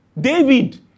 David